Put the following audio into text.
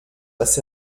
was